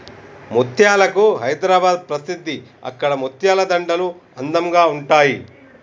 ముత్యాలకు హైదరాబాద్ ప్రసిద్ధి అక్కడి ముత్యాల దండలు అందంగా ఉంటాయి